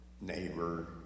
neighbor